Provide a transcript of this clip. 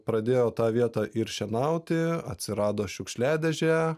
pradėjo tą vietą ir šienauti atsirado šiukšliadėžė